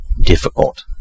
difficult